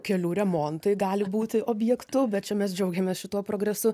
kelių remontai gali būti objektu bet čia mes džiaugiamės šituo progresu